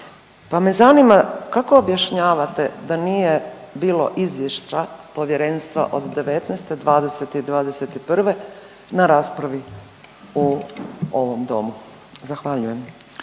pa me zanima kako objašnjavate da nije bilo izvješća povjerenstva od '19., '20. i 21. na raspravi u ovom Domu? Zahvaljujem.